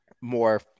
more